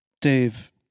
Dave